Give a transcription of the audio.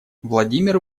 владимир